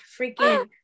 freaking